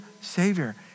Savior